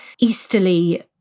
easterly